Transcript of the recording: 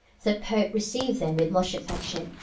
the pope received them with much affection,